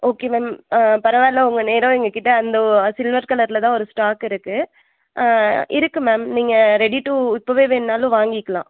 okay ma'am ஆ பரவாயில்லை உங்கள் நேரம் எங்ககிட்ட அந்த சில்வர் கலரில் தான் ஒரு ஸ்டாக் இருக்குது இருக்குது மேம் நீங்கள் ரெடி டு இப்போவே வேணும்னாலும் வாங்கிக்கலாம்